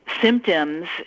symptoms